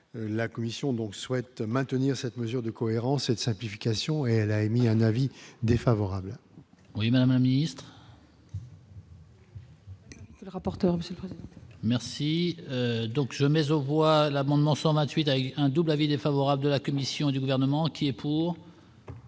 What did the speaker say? la commission donc souhaite maintenir cette mesure de cohérence et de simplification et elle a émis un avis défavorable. Oui vraiment mise. Rapporteur merci. Donc je mais aux voix l'amendement 128 avec un double avis défavorable de la commission du gouvernement qui est pour.